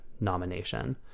nomination